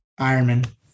Ironman